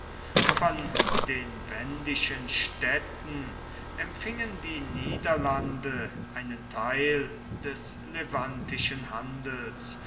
von den wendischen städten empfingen die niederlande einen theil des levantischen handels